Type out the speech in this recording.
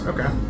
Okay